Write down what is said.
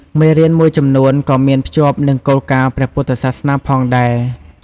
មេរៀនមួយចំនួនក៍មានភ្ជាប់និងគោលការណ៍ព្រះពុទ្ធសាសនាផងដែរ។